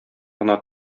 гына